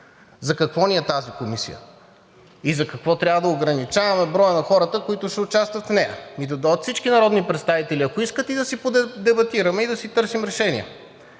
За какво ни е тази комисия и за какво трябва да ограничаваме броя на хората, които ще участват в нея? Ами да дойдат всички народни представители, ако искат, да си подебатираме и да си търсим решения.